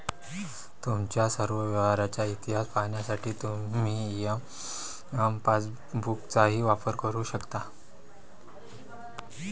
तुमच्या सर्व व्यवहारांचा इतिहास पाहण्यासाठी तुम्ही एम पासबुकचाही वापर करू शकता